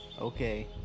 Okay